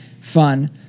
fun